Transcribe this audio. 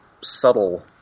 subtle